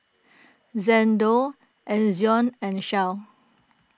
Xndo Ezion and Shell